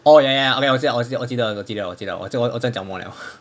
orh ya ya okay 我记得了我记得记得我记得我记得我在讲什么了